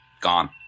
gone